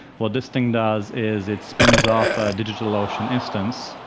what this thing does is it spins off ah digitalocean instance,